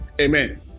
Amen